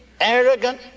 arrogant